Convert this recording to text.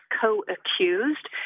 co-accused